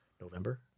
November